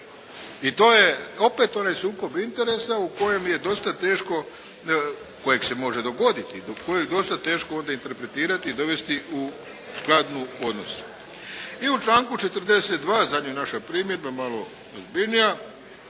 I to je opet onaj sukob interesa u kojem je dosta teško, kojeg se može dogoditi i kojeg je dosta teško onda interpretirati i dovesti u skladni odnos. I u članku 42. zadnja naša primjedba malo ozbiljnija,